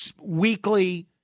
weekly